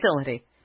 facility